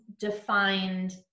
defined